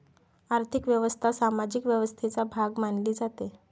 आर्थिक व्यवस्था सामाजिक व्यवस्थेचा भाग मानली जाते